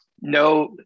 no